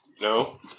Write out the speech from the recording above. No